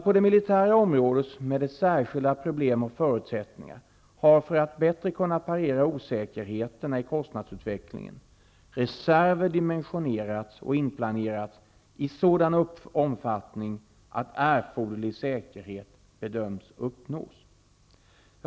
På det militära området med dess särskilda problem och förutsättningar har för att bättre kunna parera osäkerheterna i kostnadsutvecklingen reserver dimensionerats och inplanerats i sådan omfattning att erforderlig säkerhet bedöms uppnås.